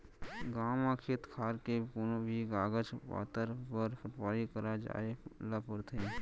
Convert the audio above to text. गॉंव म खेत खार के कोनों भी कागज पातर बर पटवारी करा जाए ल परथे